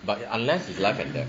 but unless it's life and death